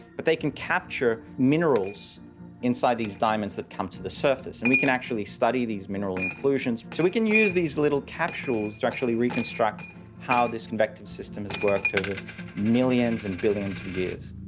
but they can capture minerals inside these diamonds that come to the surface, and we can actually study these mineral inclusions. so we can use these little capsules to actually reconstruct how this convected system has worked over millions and billions of years.